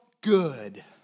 good